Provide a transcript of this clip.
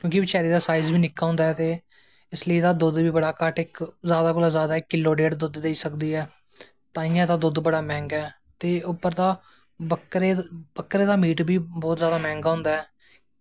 क्योंकि इसदा साईज़ बी बड़ा घट्ट होंदा ऐ ते इस गल्ला दुध्द बी इक जादा कोला जा जादा किल्लो डेड़ दुध्द देई सकदी ऐ ते तांईयैं एह्दा दुध्द मैंह्गा ऐ ते उप्पर दा बकरे दा मीट बी बड़ा जादा मैंह्गा होंदा ऐ